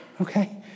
okay